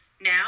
now